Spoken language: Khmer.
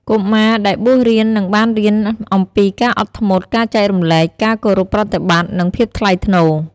កុមារ ដែលបួសរៀននឹងបានរៀនអំពីការអត់ធ្មត់ ការចែករំលែក ការគោរពប្រតិបត្តិ និងភាពថ្លៃថ្នូរ។